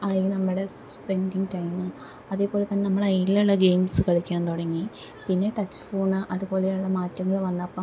ആയി നമ്മുടെ spending time അതേപോലെ തന്നെ നമ്മൾ അതിലുള്ള ഗെയിംസ്സ് കളിക്കാൻ തുടങ്ങി പിന്നെ ടച്ച് ഫോണ് അതുപോലെയുള്ള മാറ്റങ്ങൾ വന്നപ്പം